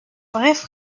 bref